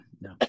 no